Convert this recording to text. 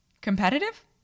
Competitive